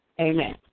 Amen